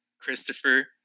Christopher